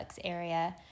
area